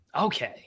Okay